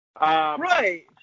Right